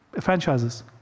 franchises